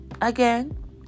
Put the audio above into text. again